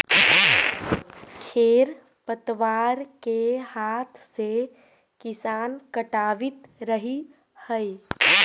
खेर पतवार के हाथ से किसान हटावित रहऽ हई